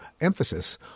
emphasis